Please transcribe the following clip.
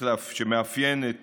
שמאפיין את